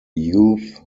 youth